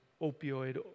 opioid